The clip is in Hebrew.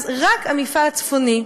אז רק המפעל הצפוני,